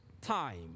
time